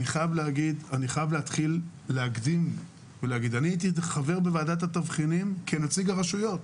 אני חייב להקדים ולהגיד שאני הייתי חבר בוועדת התבחינים כנציג הרשויות,